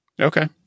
Okay